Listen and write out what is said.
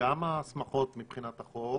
גם ההסמכות מבחינת החוק,